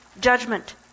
Judgment